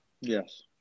Yes